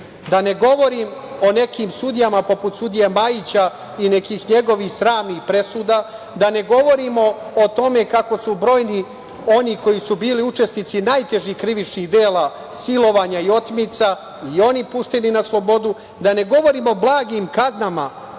da ne govorim o nekim sudijama poput sudije Majića i nekih njegovih sramnih presuda, da ne govorim o tome kako su brojni oni koji su bili učesnici najtežih krivičnih dela silovanja i otmica, i oni pušteni na slobodu, da ne govorim o blagim kaznama